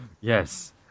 Yes